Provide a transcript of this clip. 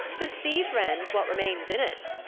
but see, friends, what remains in it.